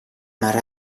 mare